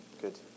Good